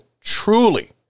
truly